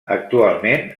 actualment